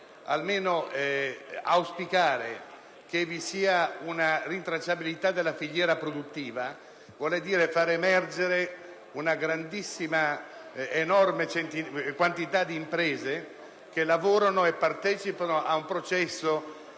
almeno auspicare che vi sia una rintracciabilità della filiera produttiva vuol dire far emergere una enorme quantità di imprese che lavorano e partecipano ad un processo